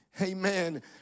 Amen